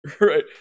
Right